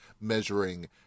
measuring